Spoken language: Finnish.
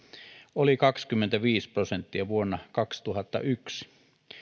oli kaksikymmentäviisi prosenttia vuonna kaksituhattayksi